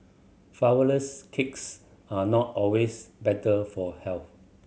flourless cakes are not always better for health